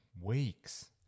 weeks